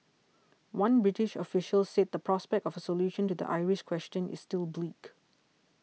one British official said the prospect of a solution to the Irish question is still bleak